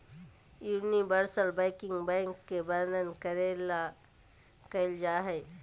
universal banking bank के वर्णन करे ले कइल जा हइ